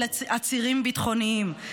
של עצירים ביטחוניים,